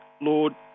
Lord